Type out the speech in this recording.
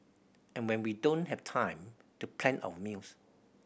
and when we don't have time to plan our meals